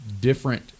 different